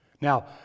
Now